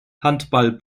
handball